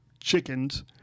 chickens